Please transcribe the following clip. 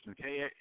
okay